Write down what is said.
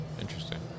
Interesting